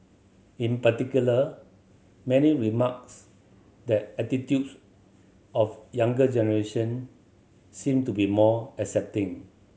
in particular many remarks that attitudes of younger generation seem to be more accepting